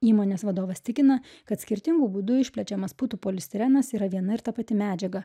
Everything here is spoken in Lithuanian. įmonės vadovas tikina kad skirtingu būdu išplečiamas putų polistirenas yra viena ir ta pati medžiaga